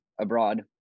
abroad